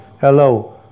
Hello